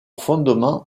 fondement